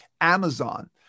Amazon